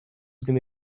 gonna